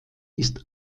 ist